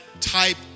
type